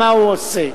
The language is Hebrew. מה הוא עושה.